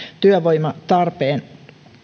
työvoimatarpeen